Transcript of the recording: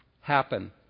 happen